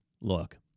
look